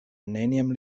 neniam